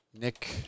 Nick